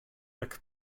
jak